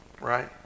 right